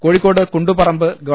കോഴിക്കോട് കുണ്ടുപറമ്പ് ഗവ